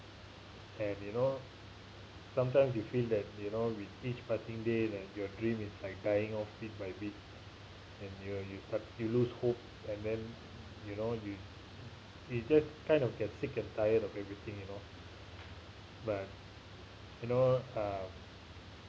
and you know sometimes you feel that you know with each passing day like your dream is like dying off bit by bit and you're you you lose hope and then you know you you just kind of get sick and tired of everything you know but you know uh